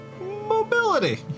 Mobility